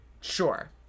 Sure